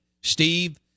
Steve